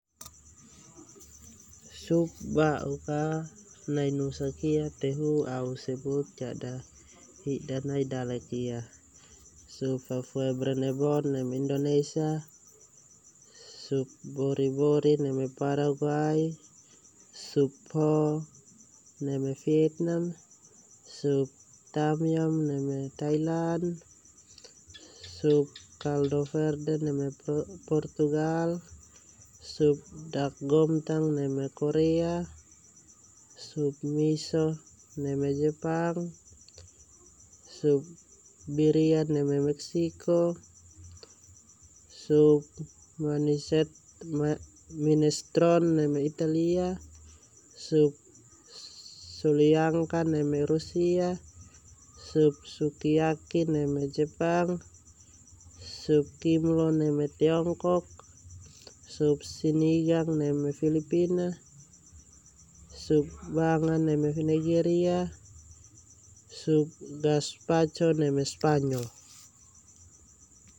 Sup bau'uk anai nusak ia tehu au sebut kada hida nai dalek ia. Sup fafue brenebon neme Indonesia, sup bori-bori neme Paraguay, su Pho neme Vietnam, sup tom yum neme Thailand, sup caldo verde neme Portugal, sup gomtang neme Korea, sup miso neme Jepang, sup birria neme Meksiko, sup minestrone neme Italia, sup solyanka neme Rusia, sup suki yaki neme Jepang, sup kimlo neme Tiongkok, sup sinigang neme Filipina, sup banga neme Nigeria, sup gazpacho neme Spanyol.